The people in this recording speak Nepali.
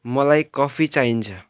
मलाई कफी चाहिन्छ